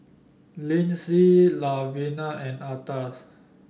Lyndsey Lavina and Atlas